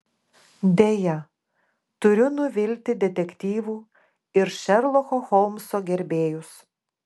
deja turiu nuvilti detektyvų ir šerloko holmso gerbėjus